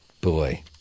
Boy